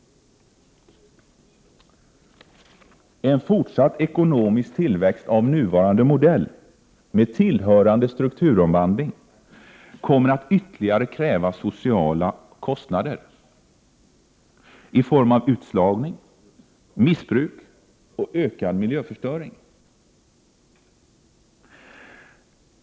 En fortsatt ekonomisk tillväxt av nuvarande modell, med tillhörande strukturomvandling, kommer att ytterligare kräva sociala kostnader i form av utslagning, missbruk och ökad miljöförstöring.